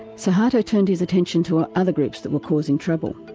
suharto turned his attention to ah other groups that were causing trouble.